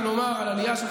היו מקומות,